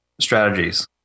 strategies